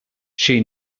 she